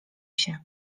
się